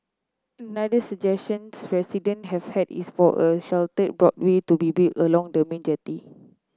another suggestions resident have had is for a sheltered boardwalk to be built along the main jetty